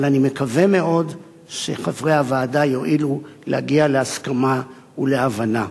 אבל אני מקווה מאוד שחברי הוועדה יואילו להגיע להסכמה ולהבנה.